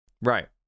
Right